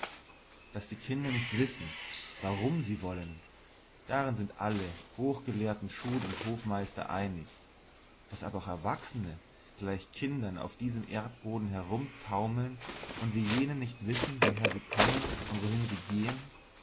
daß die kinder nicht wissen warum sie wollen darin sind alle hochgelahrten schul und hofmeister einig daß aber auch erwachsene gleich kindern auf diesem erdboden herumtaumeln und wie jene nicht wissen woher sie kommen und wohin sie gehen